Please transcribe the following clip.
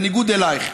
בניגוד אלייך.